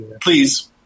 please